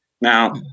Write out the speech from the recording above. Now